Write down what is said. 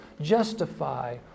justify